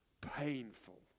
painful